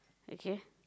okay